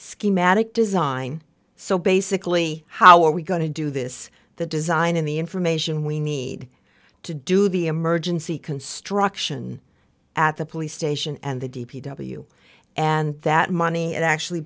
schematic design so basically how are we going to do this the design in the information we need to do the emergency construction at the police station and the d p w and that money it actually